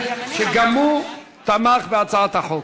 שגם הוא תמך בהצעת החוק.